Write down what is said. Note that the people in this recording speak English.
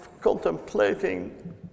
contemplating